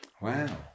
Wow